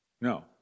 No